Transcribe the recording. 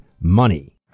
money